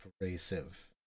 abrasive